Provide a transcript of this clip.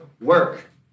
work